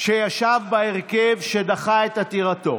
שישב בהרכב שדחה את עתירתו.